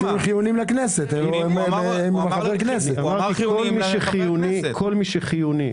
- כל מי שחיוני.